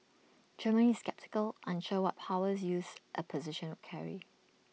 Germany is sceptical unsure what powers use A position not carry